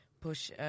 push